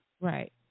Right